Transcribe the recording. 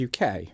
UK